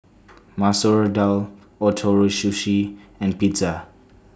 Masoor Dal Ootoro Sushi and Pizza